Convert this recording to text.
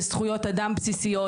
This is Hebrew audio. בזכויות אדם בסיסיות.